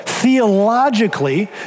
theologically